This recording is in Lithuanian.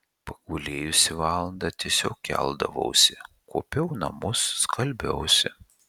pagulėjusi valandą tiesiog keldavausi kuopiau namus skalbiausi